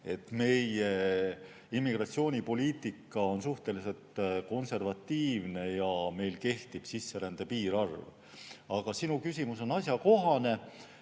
et meie immigratsioonipoliitika on suhteliselt konservatiivne ja meil kehtib sisserände piirarv. Aga sinu küsimus on asjakohane.